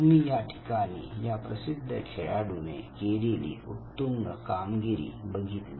तुम्ही या ठिकाणी या प्रसिद्ध खेळाडू ने केलेली उत्तुंग कामगिरी बघितली